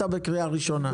אתה בקריאה ראשונה.